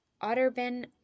Otterburn